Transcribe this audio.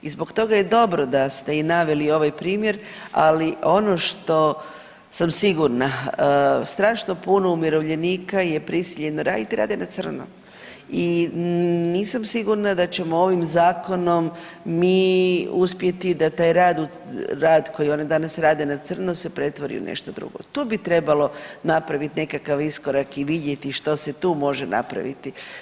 I zbog toga je dobro da ste i naveli ovaj primjer, ali ono što sam sigurna strašno puno umirovljenika je prisiljeno raditi i rade na crno i nisam sigurna da ćemo ovim zakonom mi uspjeti da taj rad koji oni danas rade na crno se pretvori u nešto drugo, tu bi trebalo napraviti nekakav iskorak i vidjeti što se tu može napraviti.